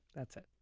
that's it.